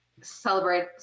celebrate